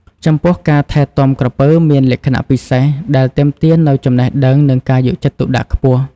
ចំពោះការថែទាំក្រពើមានលក្ខណៈពិសេស ដែលទាមទារនូវចំណេះដឹង និងការយកចិត្តទុកដាក់ខ្ពស់។